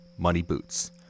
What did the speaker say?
moneyboots